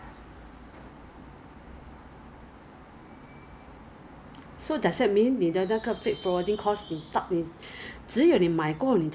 Ezbuy 新加坡的 is a is a agent Taobao agent so so for example you see something in Taobao you want to buy right you copy and paste the link so you paste it into the easily Ezbuy